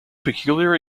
peculiar